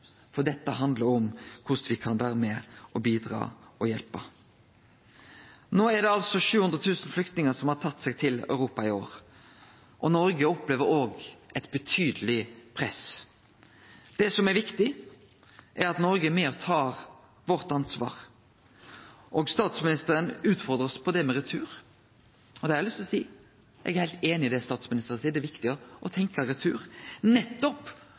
for dette handlar om korleis me kan vere med og bidra og hjelpe. No er det altså 700 000 flyktningar som har tatt seg til Europa i år, og Noreg opplever òg eit betydeleg press. Det som er viktig, er at Noreg er med og tar sitt ansvar. Statsministeren utfordra oss på dette med retur, og da har eg lyst til å seie at eg er heilt einig i det statsministeren seier, at det er viktig å tenkje retur nettopp